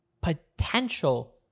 potential